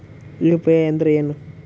UPI ಅಂದ್ರೆ ಏನು?